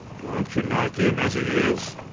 dont you like him as he is?